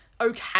okay